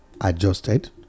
adjusted